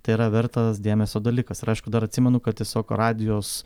tai yra vertas dėmesio dalykas ir aišku dar atsimenu kad tiesiog radijos